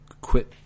quit